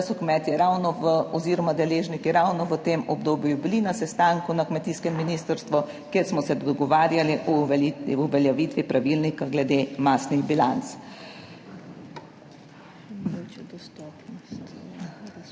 da so kmetje ravno oziroma deležniki ravno v tem obdobju bili na sestanku na kmetijskem ministrstvu, kjer smo se dogovarjali o uveljavitvi pravilnika glede masnih bilanc.